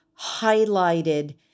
highlighted